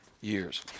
years